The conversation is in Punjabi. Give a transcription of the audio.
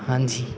ਹਾਂਜੀ